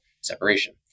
separation